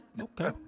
Okay